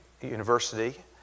University